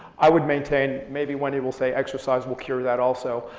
i would maintain, maybe wendy will say exercise will cure that also.